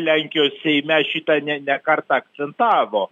lenkijos seime šitą ne ne kartą akcentavo